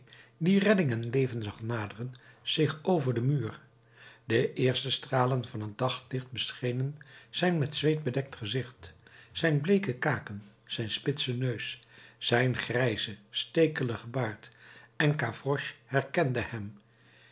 die redding en leven zag naderen zich over den muur de eerste stralen van het daglicht beschenen zijn met zweet bedekt gezicht zijn bleeke kaken zijn spitsen neus zijn grijzen stekeligen baard en gavroche herkende hem